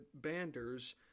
Banders